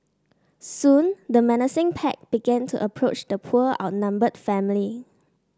soon the menacing pack began to approach the poor outnumbered family